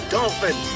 Dolphin